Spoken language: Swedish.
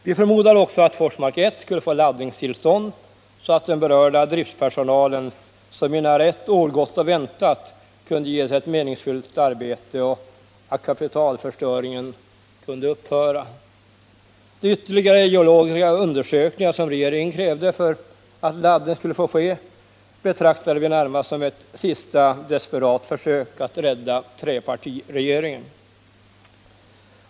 Vi förmodade också att Forsmark 1 skulle få laddningstillstånd, så att den berörda driftspersonalen, som i nära ett år gått och väntat, kunde ges ett meningsfyllt arbete och kapitalförstöringen kunde upphöra. De ytterligare geologiska undersökningar som regeringen krävde för att laddning skulle få ske betraktade vi närmast som ett sista desperat försök att rädda trepartiregeringen.